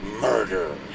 Murder